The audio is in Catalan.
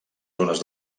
zones